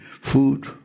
food